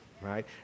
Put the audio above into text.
right